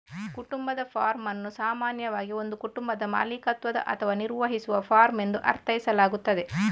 ಕುಟುಂಬದ ಫಾರ್ಮ್ ಅನ್ನು ಸಾಮಾನ್ಯವಾಗಿ ಒಂದು ಕುಟುಂಬದ ಮಾಲೀಕತ್ವದ ಅಥವಾ ನಿರ್ವಹಿಸುವ ಫಾರ್ಮ್ ಎಂದು ಅರ್ಥೈಸಲಾಗುತ್ತದೆ